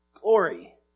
Glory